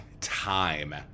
time